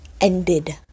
ended